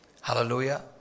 hallelujah